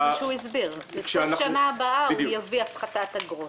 זה מה שהוא הסביר: בסוף השנה הבאה הוא יביא הפחתת אגרות.